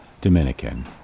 Dominican